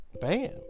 bam